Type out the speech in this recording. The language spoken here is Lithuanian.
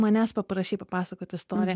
manęs paprašei papasakot istoriją